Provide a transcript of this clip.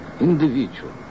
individual